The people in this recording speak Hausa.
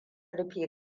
rufe